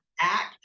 act